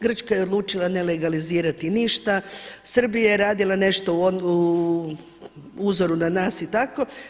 Grčka je odlučila ne legalizirati ništa, Srbija je radila nešto po uzoru na nas i tako.